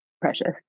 precious